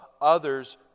others